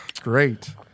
Great